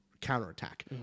counterattack